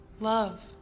Love